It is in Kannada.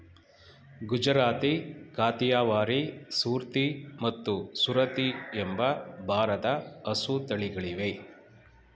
ಗುಜರಾತಿ, ಕಾಥಿಯವಾರಿ, ಸೂರ್ತಿ ಮತ್ತು ಸುರತಿ ಎಂಬ ಭಾರದ ಹಸು ತಳಿಗಳಿವೆ